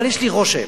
אבל יש לי רושם